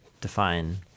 define